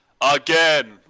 Again